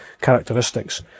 characteristics